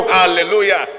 Hallelujah